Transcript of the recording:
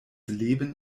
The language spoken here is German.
leben